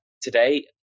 today